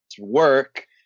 work